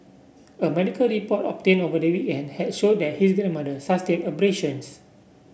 a medical report obtained over the weekend had showed that his grandmother sustained abrasions